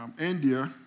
India